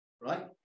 Right